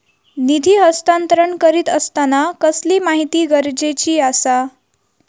निधी हस्तांतरण करीत आसताना कसली माहिती गरजेची आसा?